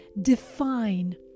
define